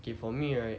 okay for me right